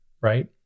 right